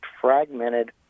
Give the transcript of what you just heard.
fragmented